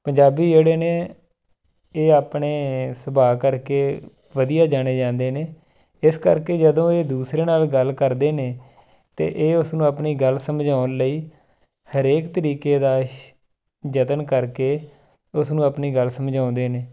ਪੰਜਾਬੀ ਜਿਹੜੇ ਨੇ ਇਹ ਆਪਣੇ ਸੁਭਾਅ ਕਰਕੇ ਵਧੀਆ ਜਾਣੇ ਜਾਂਦੇ ਨੇ ਇਸ ਕਰਕੇ ਜਦੋਂ ਇਹ ਦੂਸਰਿਆਂ ਨਾਲ ਗੱਲ ਕਰਦੇ ਨੇ ਤਾਂ ਇਹ ਉਸ ਨੂੰ ਆਪਣੀ ਗੱਲ ਸਮਝਾਉਣ ਲਈ ਹਰੇਕ ਤਰੀਕੇ ਦਾ ਯਤਨ ਕਰਕੇ ਉਸ ਨੂੰ ਆਪਣੀ ਗੱਲ ਸਮਝਾਉਂਦੇ ਨੇ